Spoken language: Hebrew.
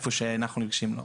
אנחנו שאנחנו נפגשים לא.